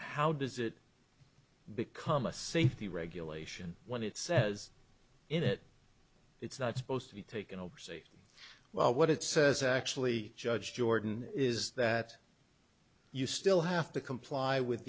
how does it become a safety regulation when it says in it it's not supposed to be taken over say well what it says actually judge jordan is that you still have to comply with